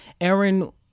Aaron